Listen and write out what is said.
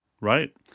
Right